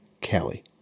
Kelly